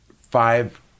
five